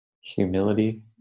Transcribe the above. Humility